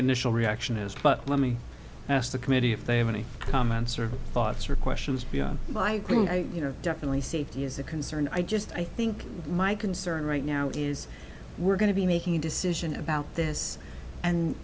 initial reaction is but let me ask the committee if they have any comments or thoughts or questions beyond my you know definitely safety is a concern i just i think my concern right now is we're going to be making a decision about this and